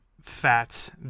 fats